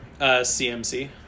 CMC